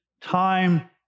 time